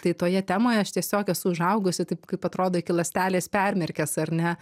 tai toje temoje aš tiesiog esu užaugusi taip kaip atrodo iki ląstelės permirkęs ar ne